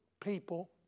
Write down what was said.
People